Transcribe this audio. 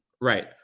Right